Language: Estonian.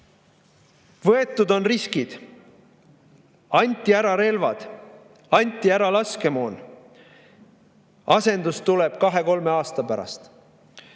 Võetud on riskid: anti ära relvad, anti ära laskemoon, asendus tuleb kahe-kolme aasta pärast.